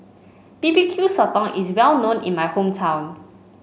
B B Q Sotong is well known in my hometown